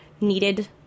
needed